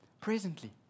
Presently